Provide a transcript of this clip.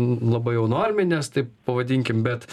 labai jau norminės taip pavadinkim bet